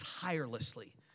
tirelessly